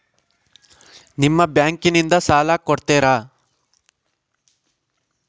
ನಿಮ್ಮ ಬ್ಯಾಂಕಿನಿಂದ ಸಾಲ ಕೊಡ್ತೇರಾ?